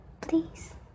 please